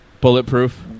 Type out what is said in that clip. bulletproof